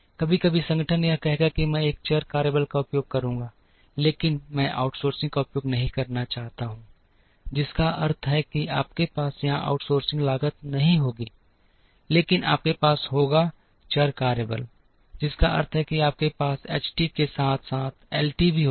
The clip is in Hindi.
कभी कभी संगठन यह कहेगा कि मैं एक चर कार्यबल का उपयोग करूंगा लेकिन मैं आउटसोर्सिंग का उपयोग नहीं करना चाहता हूं जिसका अर्थ है कि आपके पास यहां आउटसोर्सिंग लागत नहीं होगी लेकिन आपके पास होगा चर कार्यबल जिसका अर्थ है कि आपके पास एच टी के साथ साथ एल टी भी होगा